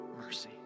mercy